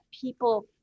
people